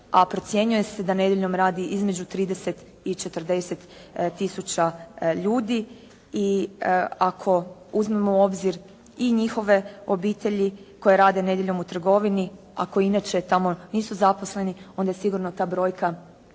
procjenjuje se da nedjeljom radi između 30 i 40 tisuća ljudi i ako uzmemo u obzir i njihove obitelji koji rade nedjeljom u trgovini, a koje inače nisu tamo zaposleni, onda je sigurno ta brojka